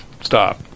stop